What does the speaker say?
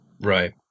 Right